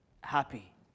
happy